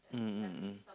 mm mm mm